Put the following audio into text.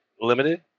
limited